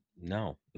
No